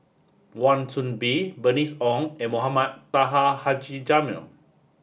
Wan Soon Bee Bernice Ong and Mohamed Taha Haji Jamil